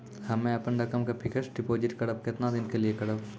हम्मे अपन रकम के फिक्स्ड डिपोजिट करबऽ केतना दिन के लिए करबऽ?